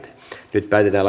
nyt päätetään